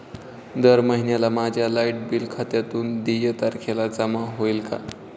दर महिन्याला माझ्या लाइट बिल खात्यातून देय तारखेला जमा होतील का?